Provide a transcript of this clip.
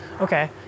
Okay